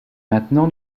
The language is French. maintenant